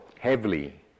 heavily